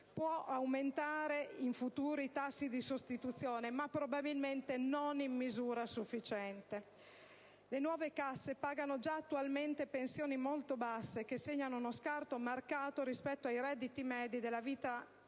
può aumentare in futuro i tassi di sostituzione, ma probabilmente non in misura sufficiente. Le nuove casse pagano già attualmente pensioni molto basse, che segnano uno scarto marcato rispetto ai redditi medi della vita attiva,